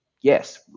Yes